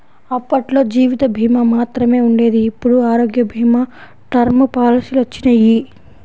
అప్పట్లో జీవిత భీమా మాత్రమే ఉండేది ఇప్పుడు ఆరోగ్య భీమా, టర్మ్ పాలసీలొచ్చినియ్యి